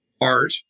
art